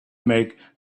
make